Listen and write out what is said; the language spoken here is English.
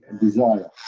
desire